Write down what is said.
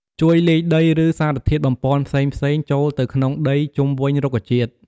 ជួយលាយជី ឬសារធាតុបំប៉នផ្សេងៗចូលទៅក្នុងដីជុំវិញរុក្ខជាតិ។